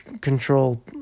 control